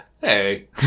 Hey